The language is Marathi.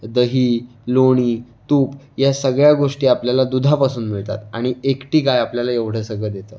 दही लोणी तूप या सगळ्या गोष्टी आपल्याला दुधापासून मिळतात आणि एकटी गाय आपल्याला एवढं सगळं देतात